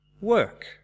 work